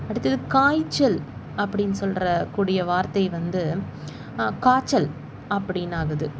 அடுத்தது காய்ச்சல் அப்படின்னு சொல்கிற கூடிய வார்த்தை வந்து காய்ச்சல் அப்படின்னு ஆகுது